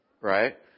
Right